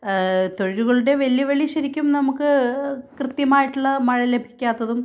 തൊഴിലുകളുടെ വെല്ലുവിളി ശരിക്കും നമുക്ക് കൃത്യമായിട്ടുള്ള മഴ ലഭിക്കാത്തതും